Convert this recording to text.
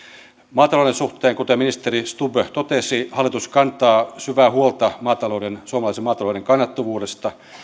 maatalouden suhteen kuten miniseri stubb totesi hallitus kantaa syvää huolta suomalaisen maatalouden kannattavuudesta